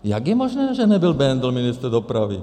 Jak je možné, že nebyl Bendl ministr dopravy?